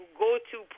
go-to